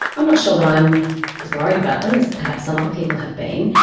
i'm not sure that i'm as worried about them as perhaps some other people have been.